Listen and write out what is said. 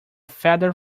feather